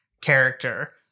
character